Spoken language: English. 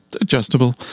adjustable